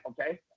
okay